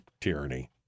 tyranny